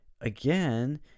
again